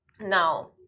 Now